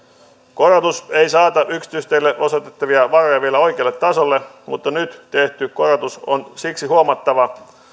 korotus ei saata yksityisteille osoitettavia varoja vielä oikealle tasolle mutta nyt tehty korotus on siksi huomattava